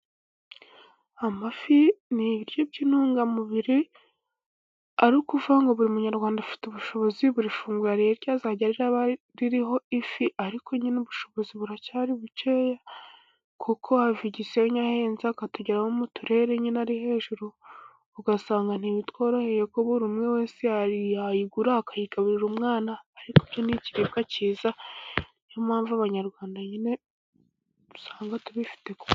Amafi ni ibiryo by'intungamubiri, ari ukuva ngo buri munyarwanda afite ubushobozi buri funguro ariye, ryazajya riba ririho ifi ariko nyine ubushobozi buracyari buke, kuko ava igisenyi ahenze akatugeraho mu turere nyine ari hejuru, ugasanga ntibitworoheye ko buri umwe wese yayigura, akayigaburira umwana ariko ibyo ni ikiribwa cyiza, niyo mpamvu abanyarwanda nyine usanga tubifite ku....